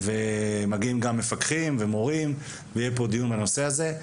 מגיעים מפקחים, מורים, ויהיה פה דיון בנושא הזה.